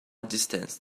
distance